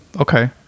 Okay